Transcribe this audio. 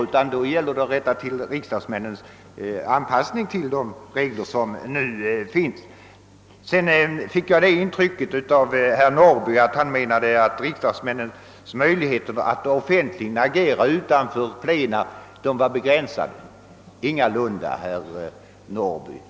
Det gäller i stället att rätta till riksdagsmännens anpassning till de regler som nu finns. Jag fick det intrycket att herr Norrby menade att riksdagsmännens möjligheter att offentligen agera utanför plena var begränsade. Ingalunda, herr Norrby.